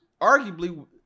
arguably